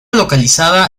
localizada